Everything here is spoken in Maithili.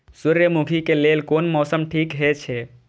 सूर्यमुखी के लेल कोन मौसम ठीक हे छे?